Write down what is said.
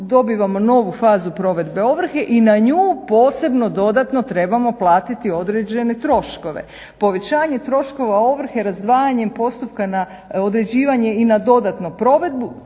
dobivamo novu fazu provedbe ovrhe i na nju posebno dodatno trebamo platiti određene troškove. Povećanje troškova ovrhe i razdvajanjem postupka na određivanje i na dodatnu provedbu